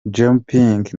jinping